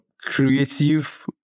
creative